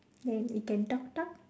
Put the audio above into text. then we can talk talk